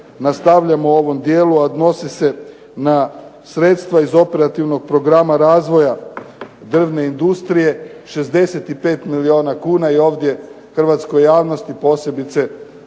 nastavljamo u ovom dijelu, a odnose se na sredstva iz operativnog programa razvoja drvne industrije, 65 milijuna kuna je ovdje hrvatskoj javnosti posebice